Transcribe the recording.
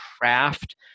craft